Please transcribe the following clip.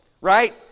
Right